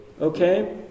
Okay